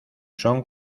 son